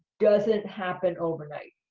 doesn't happen overnight.